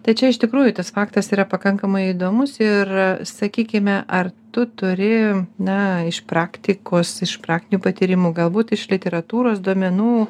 tai čia iš tikrųjų tas faktas yra pakankamai įdomus ir sakykime ar tu turi na iš praktikos iš praktinių patyrimų galbūt iš literatūros duomenų